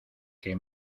que